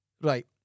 Right